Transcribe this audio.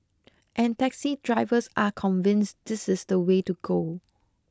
and taxi drivers are convinced this is the way to go